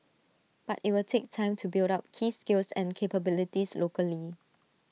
but IT will take time to build up key skills and capabilities locally